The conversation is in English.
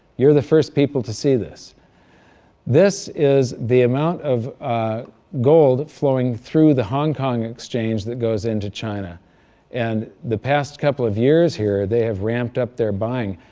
you're the first people to see this this is the amount of gold flowing through the hong kong exchange that goes into china and the past couple of years here, they have ramped up their buying.